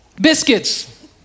biscuits